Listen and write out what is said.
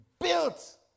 built